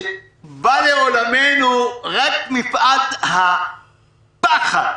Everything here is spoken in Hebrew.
שבא לעולמנו רק מפאת הפחד